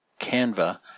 Canva